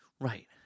right